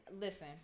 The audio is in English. listen